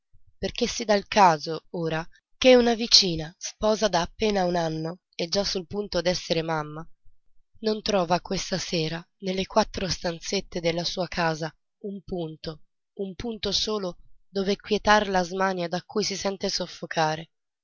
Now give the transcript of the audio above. perché si dà il caso ora che una vicina sposa da appena un anno e già sul punto d'esser mamma non trova questa sera nelle quattro stanzette della sua casa un punto un punto solo dove quietar la smania da cui si sente soffocare